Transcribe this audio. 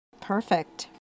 Perfect